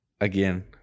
again